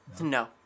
No